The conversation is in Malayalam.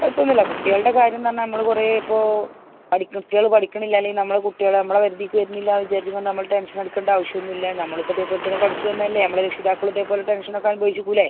കുഴപ്പം ഒന്നുമില്ല കുട്ടികളുടെ കാര്യമെന്ന് പറഞ്ഞാൽ നമ്മള് കുറെ ഇപ്പോൾ പഠി കുട്ടികൾ പഠിക്കുന്നില്ല അല്ലെൽ നമ്മളുടെ കുട്ടികൾ നമ്മളുടെ വരുതിക്ക് വരുന്നില്ല വിചാരിച്ച് ഇങ്ങനെ നമ്മൾ ടെൻഷൻ അടിക്കണ്ട ആവശ്യം ഒന്നും ഇല്ല നമ്മളും ഇപ്പോൾ ഇതേ പോലെ തന്നെ പഠിച്ച് വന്നതല്ലേ നമ്മളുടെ രക്ഷിതാക്കളും ഇതേപോലെ ടെൻഷൻ ഒക്കെ അനുഭവിച്ചിരിക്കൂലെ